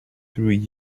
through